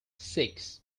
six